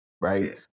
right